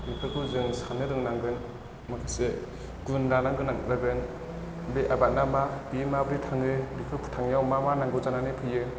बेफोरखौ जों साननो रोंनांगोन माखासे गुन लानां गोरनांगोन बे आबादआ मा बियो माबोरै थाङो बेखौ फोथांनायाव मा मा नांगौ जानानै फैयो